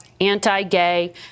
anti-gay